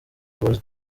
was